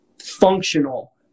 functional